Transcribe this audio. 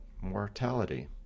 mortality